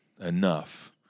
enough